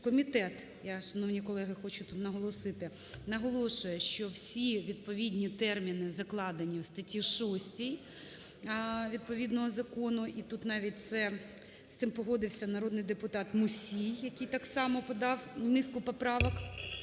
Комітет, я, шановні колеги, хочу тут наголосити, наголошує, що всі відповідні терміни закладені в статті 6 відповідного закону і тут навіть це... з тим погодився народний депутат Мусій, який так само подав низку поправок,